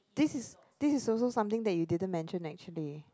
this is this is also something that you didn't mention actually